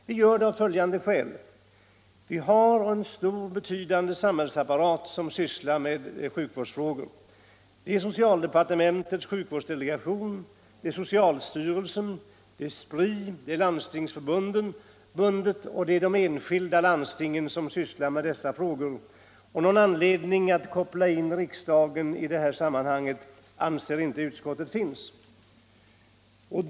Vi gör det av följande skäl. Vi har en betydande samhällsapparat som sysslar med sjukvårdsfrågor. Det är socialdepartementets sjukvårdsdelegation, socialstyrelsen, SPRI, Landstingsförbundet och de enskilda landstingen som sysslar med dessa frågor, och någon anledning att koppla in riksdagen i detta sammanhang anser utskottet inte finns.